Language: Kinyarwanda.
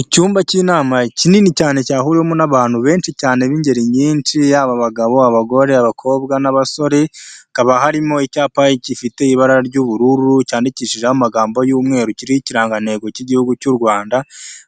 Icyumba cy'inama kinini cyane cyahuriwemo n'abantu benshi cyane b'ingeri nyinshi. Yaba abagabo ,abagore, abakobwa n'abasore. Hakaba harimo icyapa gifite ibara ry'ubururu cyandikishijeho amagambo y'umweru kiriho ikirangantego cy'igihugu cy'u Rwanda.